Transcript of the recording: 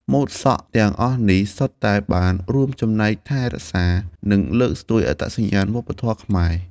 ម៉ូតសក់ទាំងអស់នេះ សុទ្ធតែបានរួមចំណែកថែរក្សា និងលើកស្ទួយអត្តសញ្ញាណវប្បធម៌ខ្មែរ។